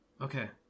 Okay